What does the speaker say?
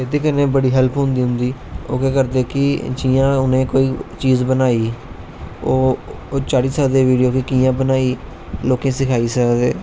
एहदे कन्नै बड़ी हैल्प होंदी उंदी ओह् केह् करदे कि जियां उनें कि कोई चीज बनाई ओह् चाढ़ी सकदे बिडियो कि कियां बनाई लोकें गी सिखाई सकदे